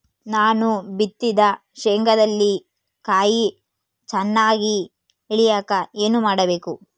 ನಾನು ಬಿತ್ತಿದ ಶೇಂಗಾದಲ್ಲಿ ಕಾಯಿ ಚನ್ನಾಗಿ ಇಳಿಯಕ ಏನು ಮಾಡಬೇಕು?